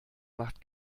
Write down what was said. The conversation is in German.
macht